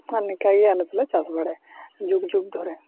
ᱟᱨ ᱱᱚᱝᱠᱟᱜᱮ ᱟᱞᱮᱫᱚᱞᱮ ᱪᱟᱥ ᱵᱟᱲᱟᱭᱟ ᱡᱩᱜᱽ ᱡᱩᱜᱽ ᱫᱷᱚᱨᱮ